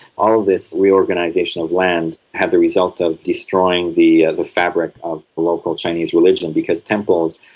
all of this reorganisation of land had the result of destroying the fabric of local chinese religion, because temples,